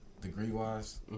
degree-wise